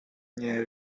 nie